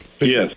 Yes